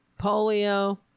polio